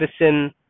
medicine